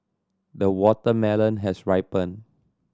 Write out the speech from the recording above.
the watermelon has ripened